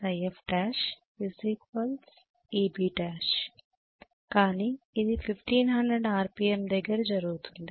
04Ebl కానీ ఇది 1500 RPM దగ్గర జరుగుతుంది